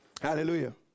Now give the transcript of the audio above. Hallelujah